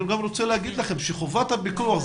אני רוצה לומר לכם שחובת הפיקוח,